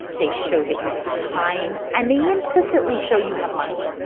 they show that you have time. and they implicitly show you have money.